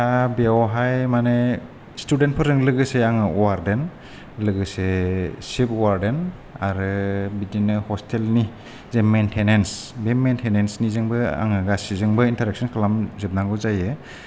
दा बेयावहाय माने स्टुडेन्टफोरजों लोगोसे आङो वार्डेन लोगोसे सिफ वार्डेन आरो बिदिनो हस्टेलनि जे मेनटेनेन्स बे मेनटेनेन्सनिजोंबो आङो गासिजोंबो इन्टारेक्शोन खालामजोबनांगौ जायो